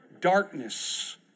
darkness